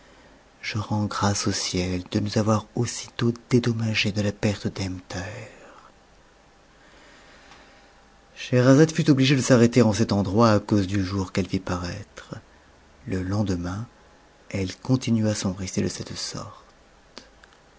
je rends grâce au ciel de nous avoir aussitôt dommages de la perte d'ebn thaher x scheherazade fut obligée de s'arrêter en cet endroit à cause du jour q't pttp vit paraître le lendemain elle continua son récit de cette sorte